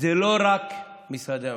אלה לא רק משרדי הממשלה,